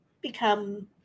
become